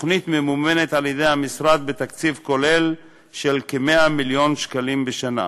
התוכנית ממומנת על-ידי המשרד בתקציב כולל של כ-100 מיליון שקלים בשנה.